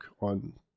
on